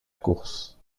course